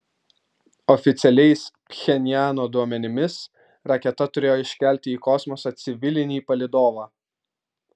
oficialiais pchenjano duomenimis raketa turėjo iškelti į kosmosą civilinį palydovą